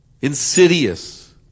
insidious